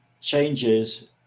changes